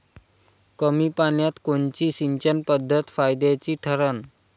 कमी पान्यात कोनची सिंचन पद्धत फायद्याची ठरन?